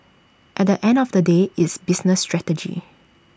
at the end of the day it's business strategy